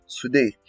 Today